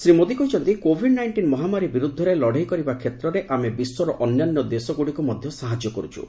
ଶ୍ରୀ ମୋଦୀ କହିଛନ୍ତି Covid nineteen ମହାମାରୀ ବିରୁଦ୍ଧରେ ଲଢ଼େଇ କରିବା କ୍ଷେତ୍ରରେ ଆମେ ବିଶ୍ୱର ଅନ୍ୟାନ୍ୟ ଦେଶଗୁଡ଼ିକୁ ମଧ୍ୟ ସାହାଯ୍ୟ କରୁଛ୍